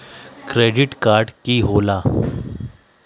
Credit card की होला?